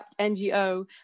NGO